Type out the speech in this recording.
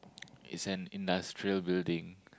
it's an industrial building